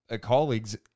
colleagues